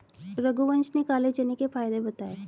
रघुवंश ने काले चने के फ़ायदे बताएँ